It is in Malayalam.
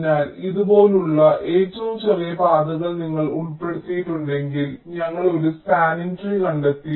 അതിനാൽ ഇതുപോലുള്ള ഏറ്റവും ചെറിയ പാതകൾ നിങ്ങൾ ഉൾപ്പെടുത്തിയിട്ടുണ്ടെങ്കിൽ ഞങ്ങൾ ഒരു സ്പാനിങ് ട്രീ കണ്ടെത്തി